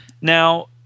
Now